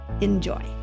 Enjoy